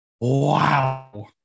Wow